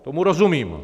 Tomu rozumím.